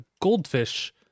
goldfish